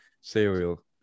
cereal